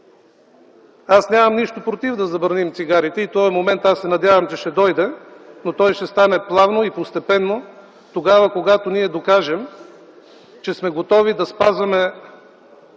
Аз нямам нищо против да забраним цигарите и се надявам, че този момент ще дойде, но той ще стане плавно и постепенно – когато ние докажем, че сме готови да спазваме